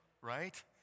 right